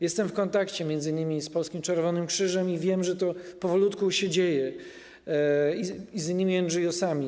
Jestem w kontakcie m.in. z Polskim Czerwonym Krzyżem i wiem, że to powolutku się dzieje, i z innymi NGOs.